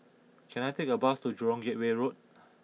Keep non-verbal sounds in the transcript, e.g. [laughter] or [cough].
can I take a bus to Jurong Gateway Road [noise]